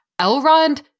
Elrond